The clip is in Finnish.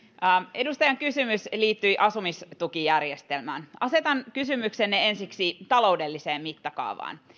edustajan kysymys liittyi asumistukijärjestelmään asetan kysymyksenne ensiksi taloudelliseen mittakaavaan